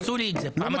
עשו לי את זה פעמיים.